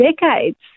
decades